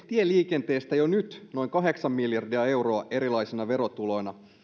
tieliikenteestä jo nyt noin kahdeksan miljardia euroa erilaisina verotuloina